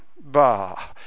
Bah